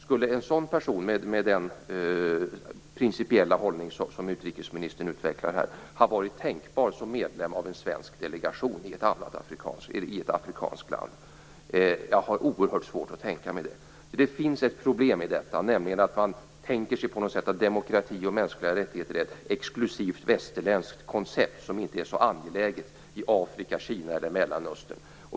Skulle en sådan person med tanke på den principiella hållning som utrikesministern här utvecklar ha varit tänkbar som medlem av en svensk delegation i ett afrikanskt land? Jag har oerhört svårt att tänka mig det. Det finns ett problem i detta, nämligen att man på något sätt tänker sig att demokrati och mänskliga rättigheter är ett exklusivt västerländskt koncept som inte är så angeläget i Afrika, Kina eller Mellanöstern.